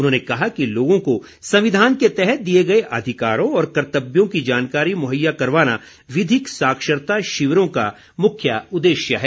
उन्होंने कहा कि लोगों को संविधान के तहत दिए गए अधिकारों और कर्तव्यों की जानकारी मुहैया करवाना विधिक साक्षरता शिविरों का मुख्य उद्देश्य है